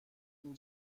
این